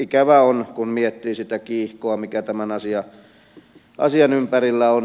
ikävää on kun miettii sitä kiihkoa mikä tämän asian ympärillä on